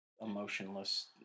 emotionless